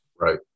right